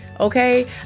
Okay